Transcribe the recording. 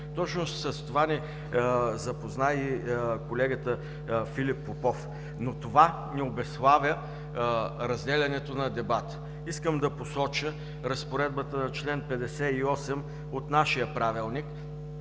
Точно с това ни запозна и колегата Филип Попов, но това не обуславя разделянето на дебата. Искам да посоча Разпоредбата на чл. 58 от нашия Правилник,